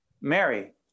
Mary